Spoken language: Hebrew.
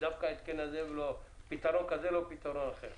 דווקא פתרון זה ולא פתרון אחר?